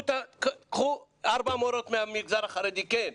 קחו ארבע מורות מהמגזר החרדי, כן,